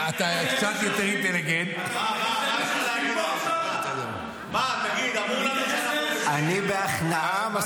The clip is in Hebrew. אתה קצת יותר אינטליגנטי --- אתה מתייחס לאלה שיושבים פה עכשיו?